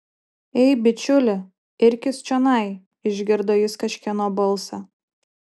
ei bičiuli irkis čionai išgirdo jis kažkieno balsą